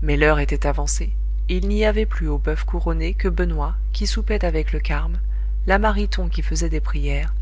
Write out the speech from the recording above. mais l'heure était avancée et il n'y avait plus au boeuf couronné que benoît qui soupait avec le carme la mariton qui faisait des prières